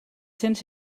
cents